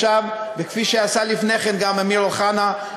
וכפי שעשה לפני כן גם אמיר אוחנה,